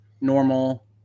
normal